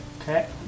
Okay